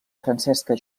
francesca